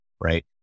right